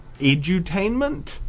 edutainment